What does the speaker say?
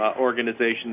organizations